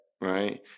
right